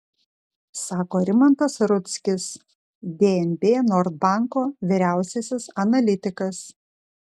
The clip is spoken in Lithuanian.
sako rimantas rudzkis dnb nord banko vyriausiasis analitikas